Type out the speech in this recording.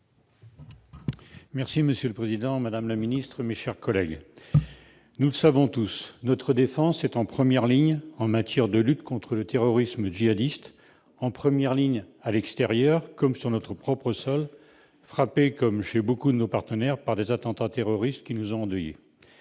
devrait réussir à traduire. La parole est à M. Yannick Vaugrenard. Nous le savons tous, notre défense est en première ligne en matière de lutte contre le terrorisme djihadiste, en première ligne à l'extérieur, comme sur notre propre sol, frappé, comme beaucoup de nos partenaires, par des attentats terroristes qui nous ont endeuillés.